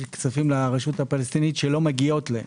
כספים לרשות הפלסטינית שלא מגיעים לו.